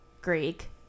Greek